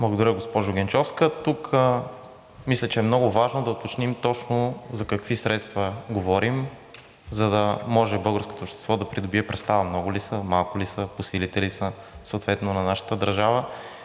Благодаря, госпожо Генчовска. Тук мисля, че е много важно да уточним точно за какви средства говорим, за да може българското общество да придобие представа много ли са, малко ли са, по силите ли са съответно на нашата държава.